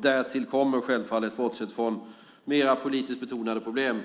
Därtill kommer självfallet, bortsett från mera politiskt betonade problem,